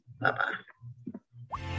Bye-bye